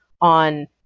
on